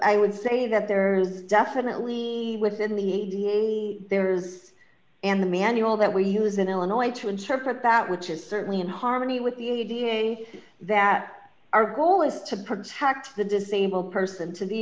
i would say that there is definitely within the there's and the manual that we use in illinois to interpret that which is certainly in harmony with the that our goal is to protect the disabled person to the